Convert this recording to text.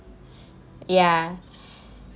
ya